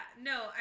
No